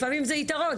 לפעמים זה יתרון.